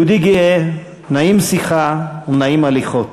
יהודי גאה, נעים שיחה ונעים הליכות.